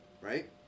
Right